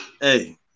hey